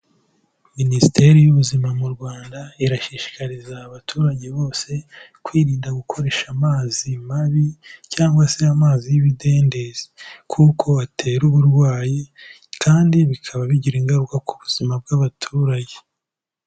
Minisiteri y'Ubuzima mu Rwanda, irashishikariza abaturage bose kwirinda gukoresha amazi mabi cyangwa se amazi y'ibidendezi kuko atera uburwayi kandi bikaba bigira ingaruka ku buzima bw'abaturage.